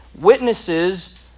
Witnesses